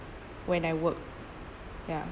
when I work ya